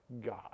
God